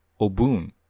Obun